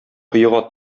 коега